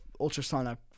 ultrasonic